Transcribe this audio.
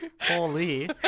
Holy